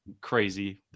crazy